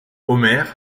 omer